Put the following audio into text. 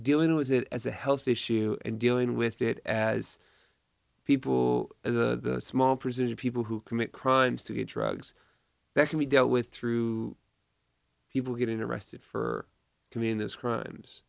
dealing with it as a health issue and dealing with it as people of the small percentage of people who commit crimes to get drugs that can be dealt with through people getting arrested for commune those crimes